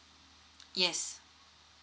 yes